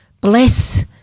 bless